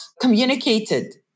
communicated